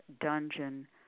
dungeon